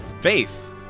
Faith